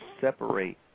separate